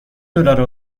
دلار